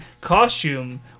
costume